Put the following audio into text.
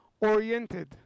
oriented